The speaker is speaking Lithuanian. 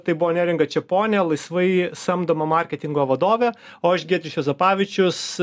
tai buvo neringa čeponė laisvai samdoma marketingo vadovė o aš giedrius juozapavičius